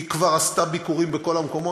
היא כבר עשתה ביקורים בכל המקומות.